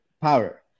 power